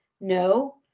No